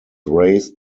raised